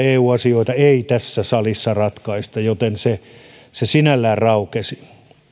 eu asioita ei tässä salissa ratkaista joten se se sinällään raukesi